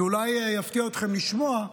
זה אולי יפתיע אתכם לשמוע,